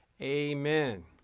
Amen